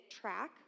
track